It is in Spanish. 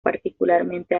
particularmente